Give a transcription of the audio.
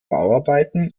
bauarbeiten